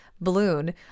balloon